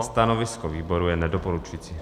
Stanovisko výboru je nedoporučující.